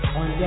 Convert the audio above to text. on